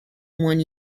one